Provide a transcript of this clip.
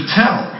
tell